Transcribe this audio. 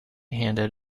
handed